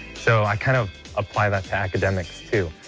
so i kind of apply that to academics, too.